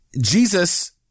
Jesus